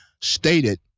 stated